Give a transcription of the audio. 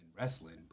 wrestling